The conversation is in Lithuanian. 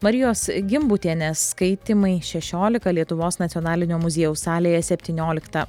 marijos gimbutienės skaitymai šešiolika lietuvos nacionalinio muziejaus salėje septynioliktą